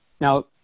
now